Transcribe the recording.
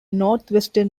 northwestern